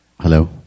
Hello